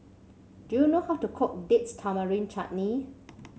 do you know how to cook Date Tamarind Chutney